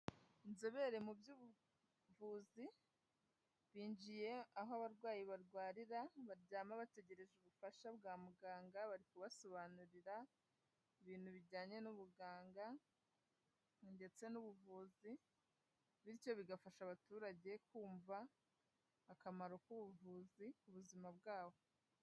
Inzobere mu by'ubuvuzi, binjiye aho abarwayi barwarira, baryama bategereje ubufasha bwa muganga, bari kubasobanurira ibintu bijyanye n'ubuganga ndetse n'ubuvuzi bityo bigafasha abaturage kumva akamaro k'ubuvuzi ku buzima bwabo.